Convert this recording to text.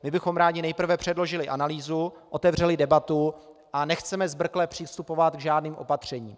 My bychom rádi nejprve předložili analýzu, otevřeli debatu a nechceme zbrkle přistupovat k žádným opatřením.